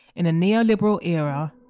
in a neoliberal era,